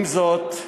עם זאת,